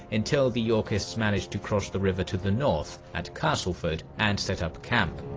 until the yorkists managed to cross the river to the north, at castleford and set up camp.